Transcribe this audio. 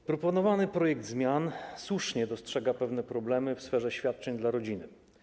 W proponowanym projekcie zmian słusznie dostrzega się pewne problemy w sferze świadczeń dla rodziny.